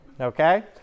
okay